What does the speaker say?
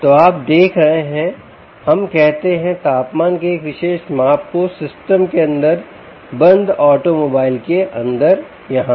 तो आप देख रहे हैं हम कहते हैं तापमान के एक विशेष माप को सिस्टम के अंदर बंद ऑटोमोबाइल के अंदर यहाँ